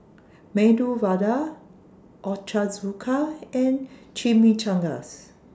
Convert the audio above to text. Medu Vada Ochazuke and Chimichangas